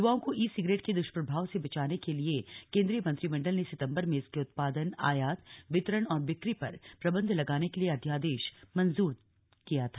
युवाओं को e cigarette के दुष्प्रभाव से बचाने के लिए केंद्रीय मंत्रिमंडल ने सितंबर में इसके उत्पादन आयात वितरण और बिक्री पर प्रतिबंध लगाने के लिए अध्यादेश मंजूर किया था